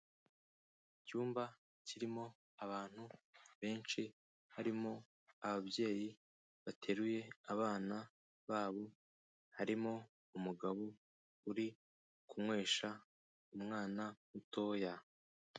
Icyumba kirimo abantu benshi, harimo ababyeyi bateruye abana babo, harimo umugabo uri kunywesha umwana mutoya.